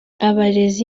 abarezi